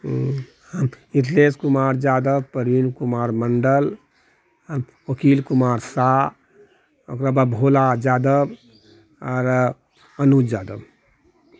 मिथिलेश कुमार यादव प्रवीण कुमार मण्डल ओकील कुमार साह ओकरा बाद भोला यादव आओर अनुज यादव